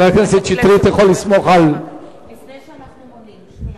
רבותי, יש חבר כנסת באולם שלא הצביע?